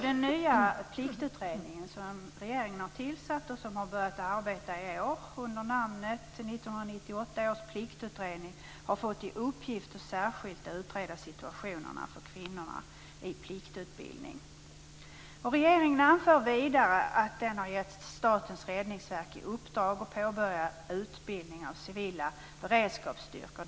Den nya pliktutredning som regeringen har tillsatt och som har börjat arbeta under namnet "1998 års pliktutredning" har fått i uppgift att särskilt utreda situationen för kvinnorna i pliktutbildning. Regeringen anför vidare att den har givit Statens räddningsverk i uppdrag att påbörja utbildningen av civila beredskapsstyrkor.